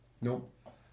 Nope